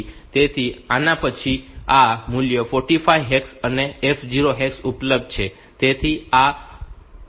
તેથી આના પછી આ મૂલ્યો 45 હેક્સ અને F 0 હેક્સ ઉપલબ્ધ છે